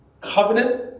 covenant